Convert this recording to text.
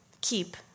keep